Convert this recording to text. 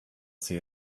see